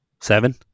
seven